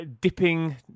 dipping